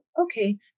okay